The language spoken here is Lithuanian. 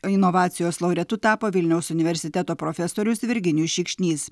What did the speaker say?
inovacijos laureatu tapo vilniaus universiteto profesorius virginijus šikšnys